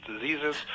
diseases